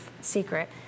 secret